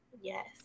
Yes